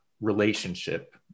relationship-